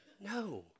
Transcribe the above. No